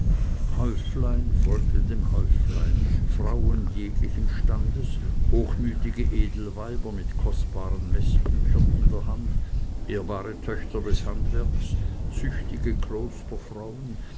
häuflein folgte dem häuflein frauen jeglichen standes hochmütige edelweiber mit kostbaren meßbüchern in der hand ehrbare töchter des handwerks züchtige